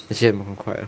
actually 也很快 liao